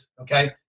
okay